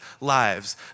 lives